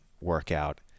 workout